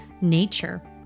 nature